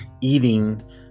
eating